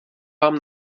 vám